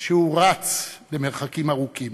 שהוא רץ למרחקים ארוכים,